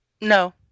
No